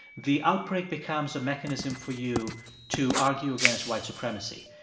the outbreak becomes a mechanism for you to argue against white supremacy.